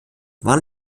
waren